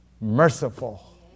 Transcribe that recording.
merciful